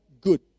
good